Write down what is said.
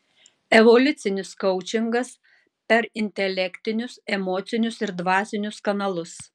evoliucinis koučingas per intelektinius emocinius ir dvasinius kanalus